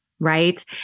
Right